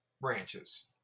branches